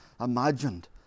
imagined